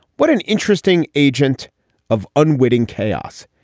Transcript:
what an interesting agent of unwitting chaos.